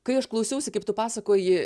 kai aš klausiausi kaip tu pasakoji